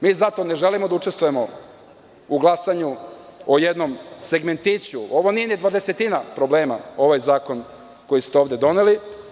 Mi zato ne želimo da učestvujemo u glasanju o jednom segmentiću, ovo nije ni dvadesetina problema ovaj zakon koji ste ovde doneli.